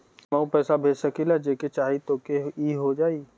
हमहू पैसा भेज सकीला जेके चाही तोके ई हो जाई?